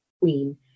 Queen